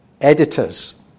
editors